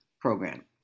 program